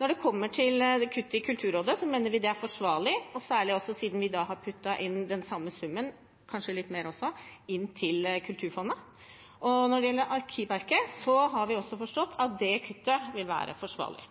Når det kommer til kuttet i Kulturrådet, mener vi det er forsvarlig, særlig siden vi har lagt inn den samme summen – kanskje litt mer også – til Kulturfondet. Når det gjelder Arkivverket, har vi forstått at det kuttet vil være forsvarlig.